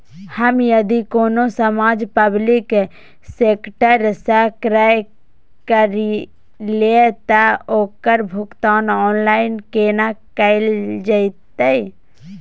हम यदि कोनो सामान पब्लिक सेक्टर सं क्रय करलिए त ओकर भुगतान ऑनलाइन केना कैल जेतै?